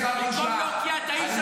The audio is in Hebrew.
במקום להוקיע את האיש הזה, אין לך בושה.